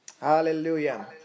Hallelujah